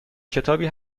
کتابی